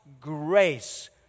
grace